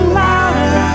louder